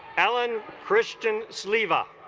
alan christian sleeve up